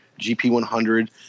GP100